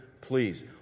please